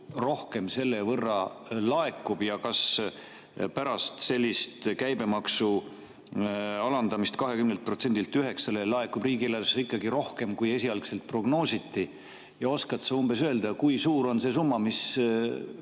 rohkem selle võrra laekub ja kas pärast sellist käibemaksu alandamist 20%-lt 9%-le laekub riigieelarvesse rohkem, kui esialgselt prognoositi? Oskad sa umbes öelda, kui suur on see summa, mis